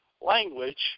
language